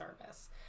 service